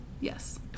Yes